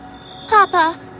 Papa